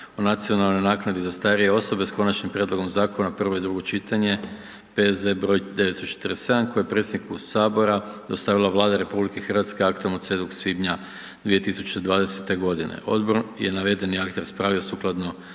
o nacionalnoj naknadi za starije osobe s konačnim prijedlogom zakona, prvo i drugo čitanje, P.Z. br. 947 koji je predsjedniku Sabora dostavila Vlada RH aktom od 7. svibnja 2020. godine. Odbor je navedeni akt raspravio sukladno